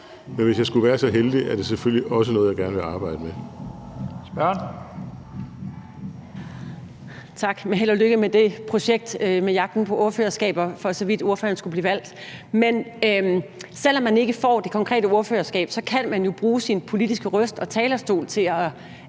men hvis jeg skulle være så heldig, er det selvfølgelig også noget, jeg gerne vil arbejde med. Kl. 18:24 Første næstformand (Leif Lahn Jensen): Spørgeren. Kl. 18:24 Trine Pertou Mach (EL): Tak. Held og lykke med det projekt med jagten på ordførerskaber, for så vidt ordføreren skulle blive valgt. Men selv om man ikke får det konkrete ordførerskab, kan man jo bruge sin politiske røst og talerstolen til at